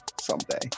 Someday